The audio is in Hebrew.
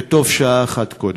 וטובה שעה אחת קודם.